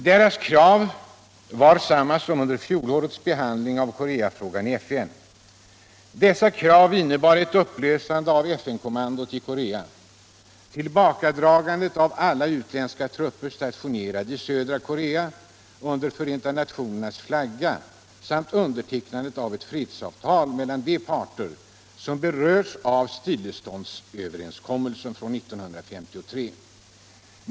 Deras krav var desamma som under fjolårets behandling av Koreafrågan i FN. Dessa krav innebar ett upplösande av ”FN-kommandot” i Korea, tillbakadragande av alla utländska trupper, stationerade i södra Korea under Förenta nationernas flagga, samt undertecknande av ett fredsavtal mellan de parter som berörs av vapenstilleståndsöverenskommelsen från år 1953.